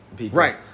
Right